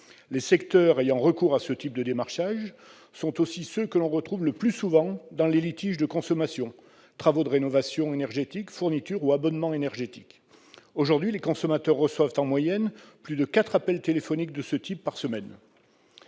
Les secteurs ayant recours à ce type de démarchage sont aussi ceux que l'on retrouve le plus souvent dans les litiges de consommation- travaux de rénovation énergétique, fourniture ou abonnement énergétique ... Aujourd'hui, les consommateurs reçoivent en moyenne plus de quatre appels téléphoniques de ce type par semaine.